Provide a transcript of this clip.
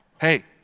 Hey